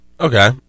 okay